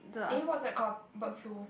eh what's that called bird flu